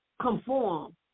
conform